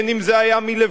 בין אם זה היה מלבנון,